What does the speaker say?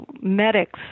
medics